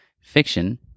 fiction